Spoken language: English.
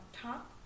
top